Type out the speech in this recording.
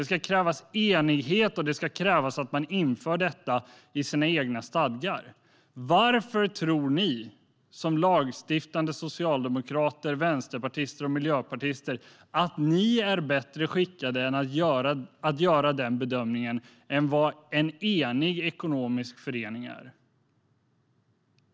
Det ska krävas enighet och att man inför detta i sina egna stadgar. Varför tror ni som lagstiftande socialdemokrater, vänsterpartister och miljöpartister att ni är bättre skickade att göra den bedömningen än vad en enig ekonomisk förening är?